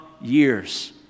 years